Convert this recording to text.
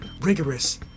rigorous